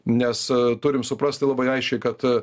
nes turim suprasti labai aiškiai kad